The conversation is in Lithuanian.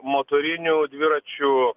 motorinių dviračių